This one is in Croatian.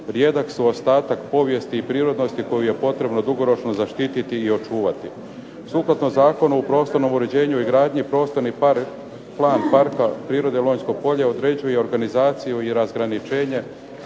rijedak su ostatak povijesti i prirodnosti koju je potrebno dugoročno zaštititi i očuvati. Sukladno Zakonu o prostornom uređenju i gradnji prostorni plan parka prirode Lonjsko polje određuje organizaciju i razgraničenje